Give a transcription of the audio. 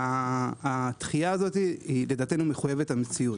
הדחייה הזו לדעתנו, היא מחויבת המציאות.